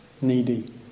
needy